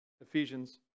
Ephesians